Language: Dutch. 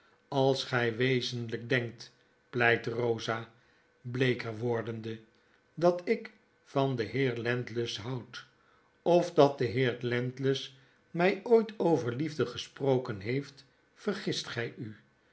als gij wezenljjk denkt'pleitrosa bleeker wordende dat ik van den heer landless houd of dat de heer landless mij ooit over liefde gesproken heeft vergist gy u